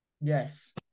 Yes